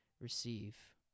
receive